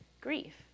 grief